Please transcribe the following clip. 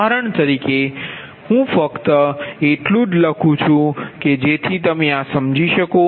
ઉદાહરણ તરીકે હું ફક્ત એટલું જ લખું છું કે જેથી તમે આ સમજી શકો